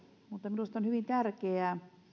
mutta minusta on hyvin tärkeää